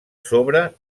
sobre